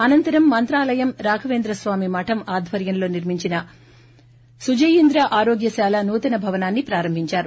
అనంతరం మంత్రాలయం రాఘవేంద్ర స్వామి మరం ఆధ్వర్యంలో నిర్మించిన సుజయీంద్ర ఆరోగ్యశాల నూతన భవనాన్ని ప్రారంభించారు